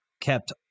kept